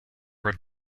were